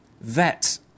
vet